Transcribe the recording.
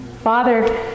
Father